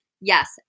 Yes